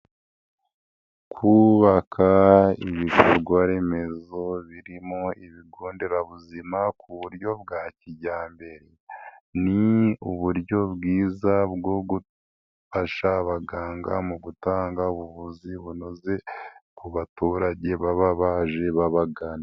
Kubaka ibikorwaremezo birimo ibigo nderabuzima ku buryo bwa kijyambere ni uburyo bwiza bwo gufasha abaganga mu gutanga ubuvuzi bunoze ku baturage baba baje babagana.